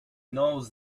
knows